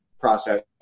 process